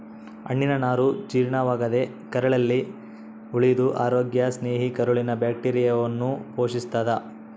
ಹಣ್ಣಿನನಾರು ಜೀರ್ಣವಾಗದೇ ಕರಳಲ್ಲಿ ಉಳಿದು ಅರೋಗ್ಯ ಸ್ನೇಹಿ ಕರುಳಿನ ಬ್ಯಾಕ್ಟೀರಿಯಾವನ್ನು ಪೋಶಿಸ್ತಾದ